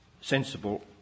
sensible